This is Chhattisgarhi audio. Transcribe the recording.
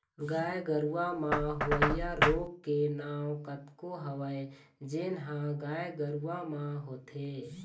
गाय गरूवा म होवइया रोग के नांव कतको हवय जेन ह गाय गरुवा म होथे